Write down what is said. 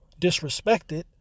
disrespected